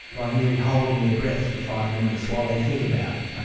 by merely holding their breath for five minutes while they think about it,